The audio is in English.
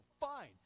fine